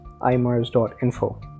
imars.info